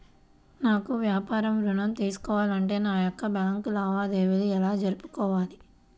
నాకు వ్యాపారం ఋణం తీసుకోవాలి అంటే నా యొక్క బ్యాంకు లావాదేవీలు ఎలా జరుపుకోవాలి?